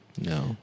No